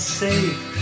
safe